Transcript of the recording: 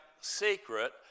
secret